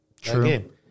True